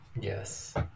Yes